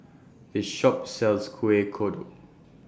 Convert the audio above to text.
This Shop sells Kueh Kodok